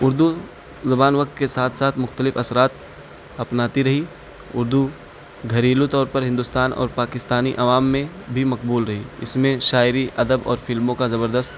اردو زبان وقت کے ساتھ ساتھ مختلف اثرات اپناتی رہی اردو گھریلو طور پر ہندوستان اور پاکستانی عوام میں بھی مقبول رہی اس میں شاعری ادب اور فلموں کا زبردست